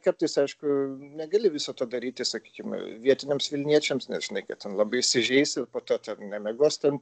kartais aišku negali viso to daryti sakykim vietiniams vilniečiams nes žinai kad ten labai įsižeis ir po to nemiegos ten